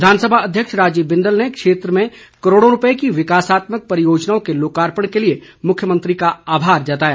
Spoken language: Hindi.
विधानसभा अध्यक्ष राजीव बिंदल ने क्षेत्र में करोड़ों रुपए की विकासात्मक परियोजनाओं के लोकार्पण के लिए मुख्यमंत्री का आभार जताया